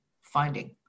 finding